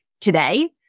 today